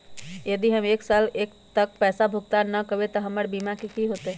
यदि हम एक साल तक पैसा भुगतान न कवै त हमर बीमा के की होतै?